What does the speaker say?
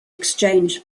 exchange